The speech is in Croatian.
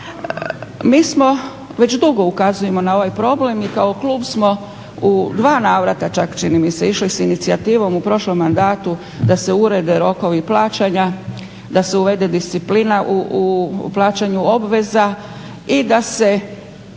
Mi smo, već dugo ukazujemo na ovaj problem i kao klub smo u dva navrata, čini mi se išli s inicijativom, u prošlom mandatu da se urede rokovi plaćanja, da se uvede disciplina u plaćanju obveza i da se